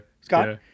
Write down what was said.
Scott